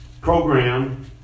program